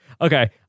Okay